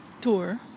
tour